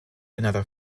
another